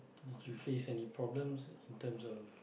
did you face any problems in terms of